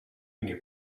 knew